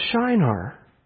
Shinar